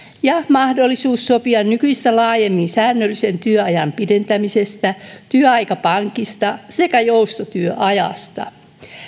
ja mahdollisuus sopia nykyistä laajemmin säännöllisen työajan pidentämisestä työaikapankista sekä joustotyöajasta